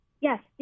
Yes